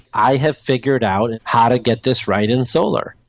i have figured out and how to get this right in solar,